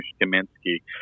Kaminski